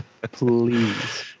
please